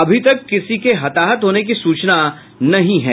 अभी तक किसी के हताहत होने की सूचना नहीं है